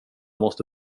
måste